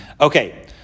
Okay